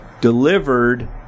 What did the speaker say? delivered